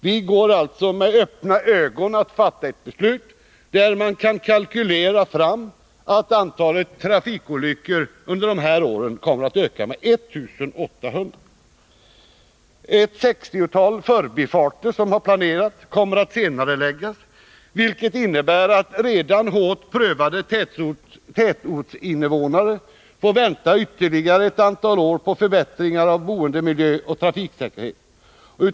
Vi går med öppna ögon att fatta ett beslut som enligt vad man kan beräkna innebär att antalet trafikolyckor kommer att öka med 1800. Ett 60-tal förbifarter som har planerats kommer att senareläggas, vilket innebär att redan hårt prövade tätortsinnevånare får vänta ytterligare ett antal år på förbättring av boendemiljö och trafiksäkerhet.